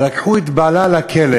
אבל לקחו את בעלה לכלא